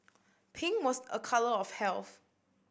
pink was a colour of health